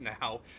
now